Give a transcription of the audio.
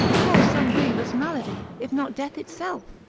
cause some grievous malady, if not death itself?